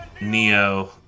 Neo